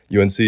UNC